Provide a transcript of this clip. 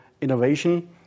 innovation